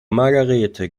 margarete